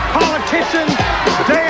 politicians